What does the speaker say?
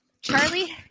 Charlie